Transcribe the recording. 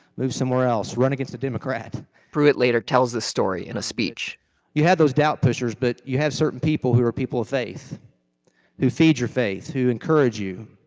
move somewhere else. run against the democrat pruitt later tells this story in a speech you had those doubt pushers. but you have certain people who are people of faith who feed your faith, who encourage you.